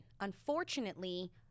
Unfortunately